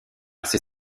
ces